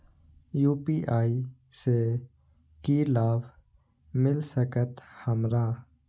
UPI से की लाभ मिल सकत हमरा?